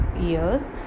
years